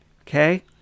okay